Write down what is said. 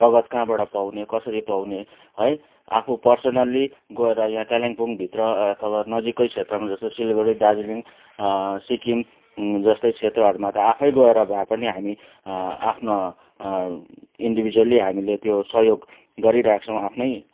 रगत कहाँबाट पाउने कसरी पाउने है आफु पर्सनली गएर यहाँ कालिम्पोङभित्र अथवा नजिकै क्षेत्रमा जस्तो सिलगडी दार्जिलिङ सिक्किम जस्तै क्षेत्रहरूमा त आफै गएर भएपनि हामी आफ्नो इन्डिभिजुवली हामीले त्यो सहयोग गरिरहेको छौँ आफ्नै